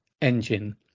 engine